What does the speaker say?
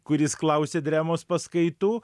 kuris klausė drėmos paskaitų